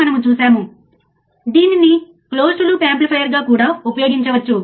మేము voltage Vo యొక్క విలువను కొలవాలి